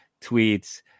tweets